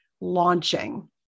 launching